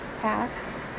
Pass